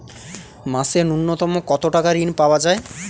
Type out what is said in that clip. মাসে নূন্যতম কত টাকা ঋণ পাওয়া য়ায়?